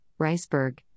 Riceberg